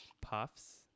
puffs